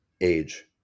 age